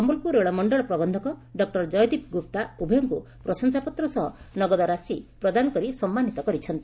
ସମ୍ମଲପୁର ରେଳମଣ୍ଡଳ ପ୍ରବକ୍ଷକ ଡକୁର ଜୟଦୀପ ଗୁପ୍ତା ଉଭୟଙ୍କୁ ପ୍ରଶଂସାପତ୍ର ସହ ନଗଦ ରାଶି ପ୍ରଦାନ କରି ସମ୍ମାନିତ କରିଛନ୍ତି